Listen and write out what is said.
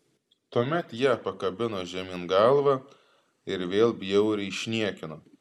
tuomet ją pakabino žemyn galva ir vėl bjauriai išniekino